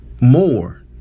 More